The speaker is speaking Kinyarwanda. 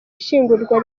ishyingurwa